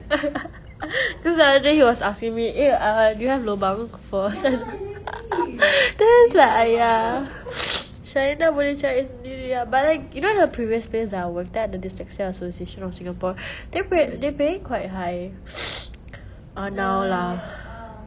cause the other day he was asking me eh err do you have lobang for like s~ then it's like !aiya! syrinah boleh cari sendiri ah but like you know the previous place I worked at the dyslexia association of singapore they pay~ they paying quite high oh now lah